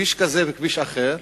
כביש כזה לכביש אחר